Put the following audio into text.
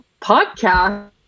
podcast